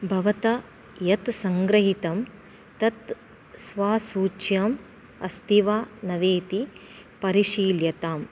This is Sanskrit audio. भवता यत् सङ्गृहीतं तत् स्वसूच्यां अस्ति वा न वेति परिशील्यताम्